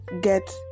get